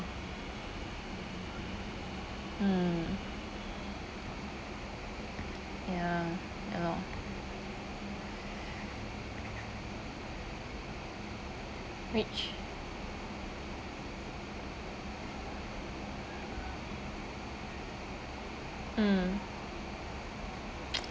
mm ya ya lor which mm